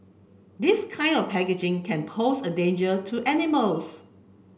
this kind of packaging can pose a danger to animals